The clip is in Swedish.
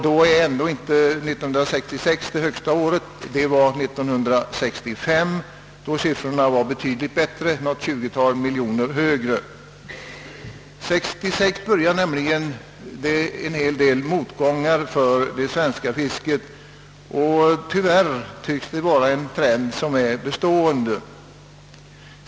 Då var ändå inte 1966 det bästa året, utan 1965 var värdesiffrorna ett tjugotal miljoner högre. År 1966 började nämligen en hel del motgångar för det svenska fisket, och tyvärr tycks det vara en bestående trend.